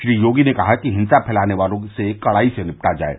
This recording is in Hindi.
श्री योगी ने कहा कि हिंसा फैलाने वालों से कड़ाई से निपटा जाये